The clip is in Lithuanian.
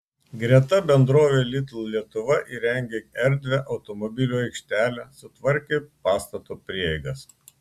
greta bendrovė lidl lietuva įrengė erdvią automobilių aikštelę sutvarkė pastato prieigas